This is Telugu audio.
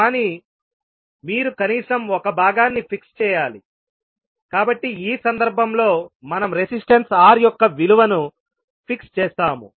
కానీ మీరు కనీసం ఒక భాగాన్ని నిర్ణయించాము చేయాలి కాబట్టి ఈ సందర్భంలో మనం రెసిస్టెన్స్ R యొక్క విలువను నిర్ణయించాము